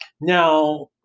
Now